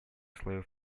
слоев